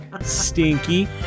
stinky